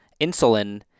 insulin